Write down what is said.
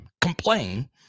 complain